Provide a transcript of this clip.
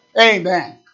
Amen